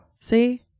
See